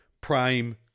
prime